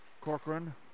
Corcoran